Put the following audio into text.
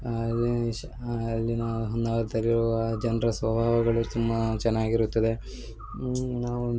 ಅಲ್ಲಿ ಶ್ ಅಲ್ಲಿ ನಾವು ಹೊನ್ನಾವರ್ದಲ್ಲಿರುವ ಜನರ ಸ್ವಭಾವಗಳು ತುಂಬ ಚೆನ್ನಾಗಿರುತ್ತದೆ ನಾವು